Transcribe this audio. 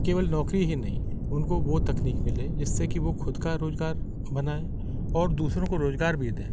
केवल नौकरी ही नहीं उनको वह तकनीक मिले जिससे कि वह ख़ुद का रोज़गार बनाऍं और दूसरों को रोज़गार भी दें